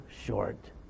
short